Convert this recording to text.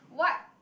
what